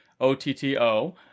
O-T-T-O